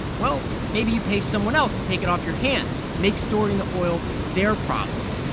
well, maybe you pay someone else to take it off your hands make storing the oil their problem.